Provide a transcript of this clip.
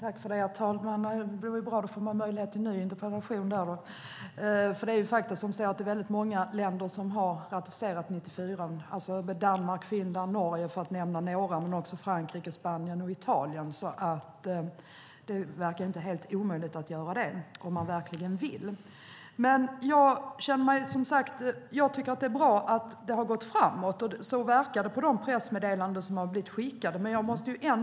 Herr talman! Det var väl bra; då får jag möjlighet att ställa en ny interpellation. Många länder har nämligen ratificerat ILO 94, bland annat Danmark, Finland, Norge, Frankrike, Spanien och Italien. Det verkar alltså inte helt omöjligt att göra det om man verkligen vill. Det är bra att det har gått framåt, och så verkar det också på de pressmeddelanden som skickats ut.